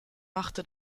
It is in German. machte